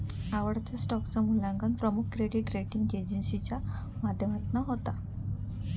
आवडत्या स्टॉकचा मुल्यांकन प्रमुख क्रेडीट रेटींग एजेंसीच्या माध्यमातना होता